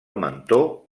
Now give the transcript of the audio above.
mentó